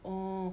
orh